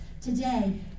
today